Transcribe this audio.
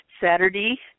Saturday